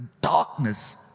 darkness